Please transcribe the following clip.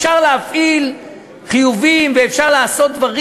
אפשר להפעיל חיובים ואפשר לעשות דברים.